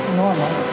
normal